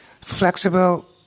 flexible